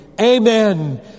Amen